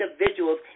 individuals